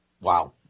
Wow